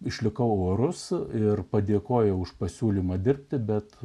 išlikau orus ir padėkojau už pasiūlymą dirbti bet